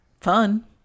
Fun